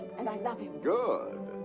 and i love him. good!